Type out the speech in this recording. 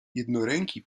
jednoręki